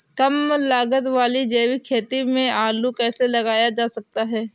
कम लागत वाली जैविक खेती में आलू कैसे लगाया जा सकता है?